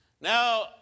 Now